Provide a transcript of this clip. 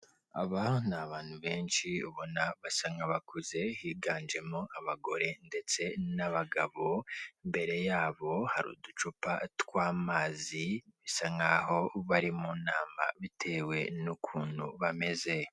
Aba n'abantu benshi ubona basa nk'abakuze higanjemo abagore ndetse n'abagabo, imbere yabo hari uducupa tw'amazi bisa nkaho bari nama bitewe n'ukuntu bameze.